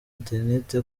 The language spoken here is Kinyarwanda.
internet